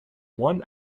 one